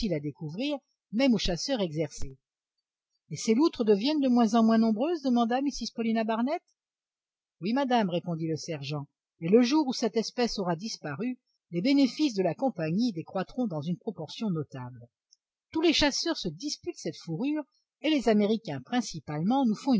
à découvrir même aux chasseurs exercés et ces loutres deviennent de moins en moins nombreuses demanda mrs paulina barnett oui madame répondit le sergent et le jour où cette espèce aura disparu les bénéfices de la compagnie décroîtront dans une proportion notable tous les chasseurs se disputent cette fourrure et les américains principalement nous font